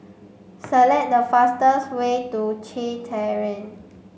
select the fastest way to Kew Terrace